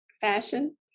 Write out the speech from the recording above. fashion